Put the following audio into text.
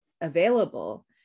available